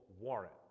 warrant